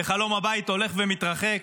וחלום הבית הולך ומתרחק,